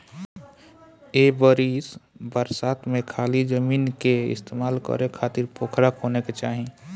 ए बरिस बरसात में खाली जमीन के इस्तेमाल करे खातिर पोखरा खोने के चाही